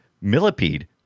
Millipede